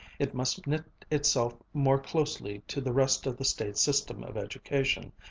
it must knit itself more closely to the rest of the state system of education,